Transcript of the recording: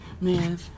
man